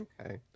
okay